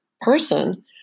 person